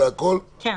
כן.